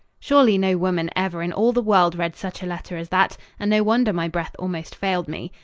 surely no woman ever in all the world read such a letter as that, and no wonder my breath almost failed me.